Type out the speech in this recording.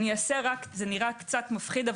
זה נראה קצת מפחיד.